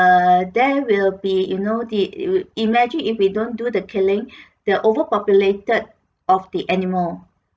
err there will be you know the imagine if we don't do the killing the overpopulated of the animal